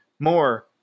More